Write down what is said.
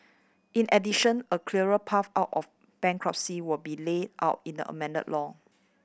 in addition a clearer path out of bankruptcy will be laid out in the amended law